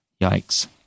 Yikes